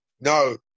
No